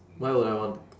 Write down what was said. why would I want